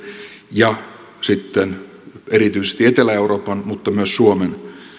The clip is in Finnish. ja sitten erityisesti etelä euroopan mutta myös suomen